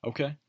Okay